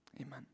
amen